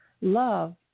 Love